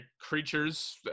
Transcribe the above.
creatures